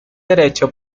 derecho